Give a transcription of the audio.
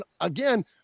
again